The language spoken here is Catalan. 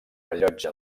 rellotge